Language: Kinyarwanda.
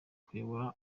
kuyobora